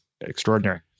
extraordinary